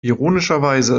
ironischerweise